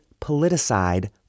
politicide